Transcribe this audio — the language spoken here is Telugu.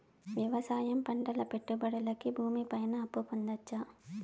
వ్యవసాయం పంటల పెట్టుబడులు కి భూమి పైన అప్పు పొందొచ్చా?